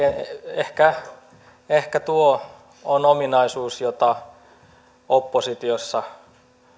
ehkä ehkä tuo on ominaisuus jota oppositiossa